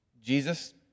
Jesus